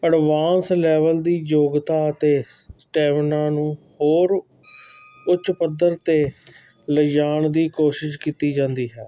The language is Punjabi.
ਅਡਵਾਂਸ ਲੈਵਲ ਦੀ ਯੋਗਤਾ ਅਤੇ ਸਟੈਮੀਨਾ ਨੂੰ ਹੋਰ ਉੱਚ ਪੱਧਰ 'ਤੇ ਲਿਜਾਣ ਦੀ ਕੋਸ਼ਿਸ਼ ਕੀਤੀ ਜਾਂਦੀ ਹੈ